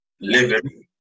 Living